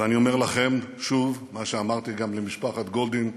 ואני אומר לכם שוב מה שאמרתי גם למשפחת גולדין,